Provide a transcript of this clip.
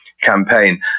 campaign